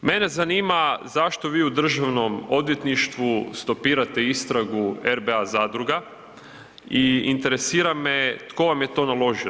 Mene zanima zašto vi u Državnom odvjetništvu stopirate istragu RBA zadruga i interesira me tko vam je to naložio?